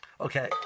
Okay